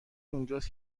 اونجاست